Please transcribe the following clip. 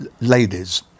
ladies